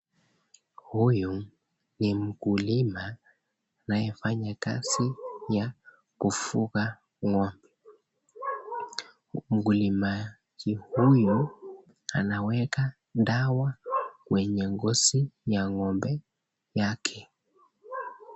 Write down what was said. Huyu ni mkulima anayefanya kazi ya kufuga ngo'mbe , mkulimaji huyu anaweka dawa kwenye ngozi ya ngo'mbe yake.